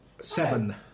Seven